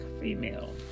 female